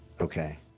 okay